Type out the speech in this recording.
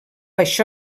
això